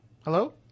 Hello